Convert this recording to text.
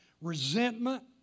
Resentment